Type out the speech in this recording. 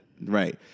Right